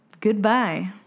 Goodbye